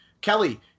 Kelly